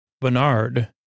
Bernard